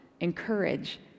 encourage